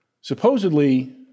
supposedly